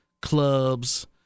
clubs